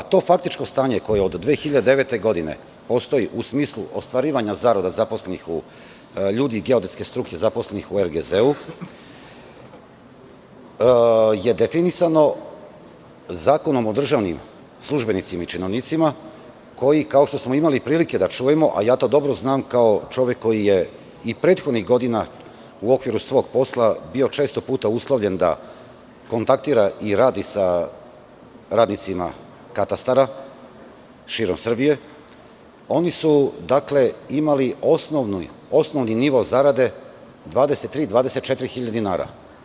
To faktično stanje koje od 2009. godine postoji, u smislu ostvarivanja zarada ljudi geodetske struke zaposlenih u Republičkom geodetskom zavodu, je definisano Zakonom o državnim službenicima i činovnicima koji, kao što smo imali prilike da čujemo, a ja to dobro znam, kao čovek koji je i prethodnih godina u okviru svog posla bio često uslovljen da kontaktira i radi sa radnicima katastara širom Srbije, oni su imali osnovni nivo zarade 23.000-24.000 dinara.